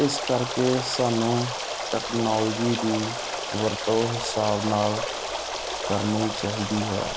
ਇਸ ਕਰਕੇ ਸਾਨੂੰ ਟੈਕਨੋਲਜੀ ਦੀ ਵਰਤੋਂ ਹਿਸਾਬ ਨਾਲ ਕਰਨੀ ਚਾਹੀਦੀ ਹੈ